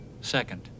second